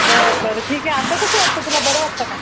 बरं बरं ठीक आहे आता कसं वाटतं तुला बरं वाटतं का